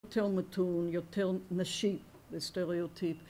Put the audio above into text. יותר מתון, יותר נשי, הסטריאוטיפ